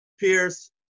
Pierce